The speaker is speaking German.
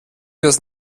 das